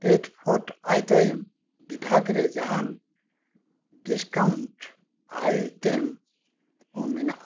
paid for item ᱵᱤᱵᱷᱟᱜᱽ ᱨᱮ ᱡᱟᱦᱟᱱ ᱰᱤᱥ ᱠᱟᱣᱩᱱᱴ ᱟᱭᱴᱮᱢ ᱠᱚ ᱢᱮᱱᱟᱜᱼᱟ